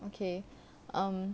okay um